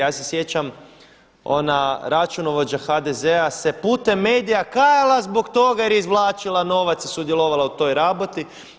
Ja se sjećam ona računovođa HDZ-a se putem medija kajala zbog toga jer je izvlačila novac i sudjelovala u toj raboti.